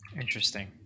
Interesting